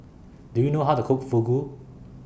Do YOU know How to Cook Fugu